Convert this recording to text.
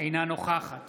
אינה נוכחת